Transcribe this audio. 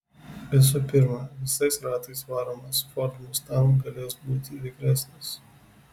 visų pirma visais ratais varomas ford mustang galės būti vikresnis